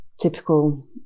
typical